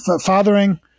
Fathering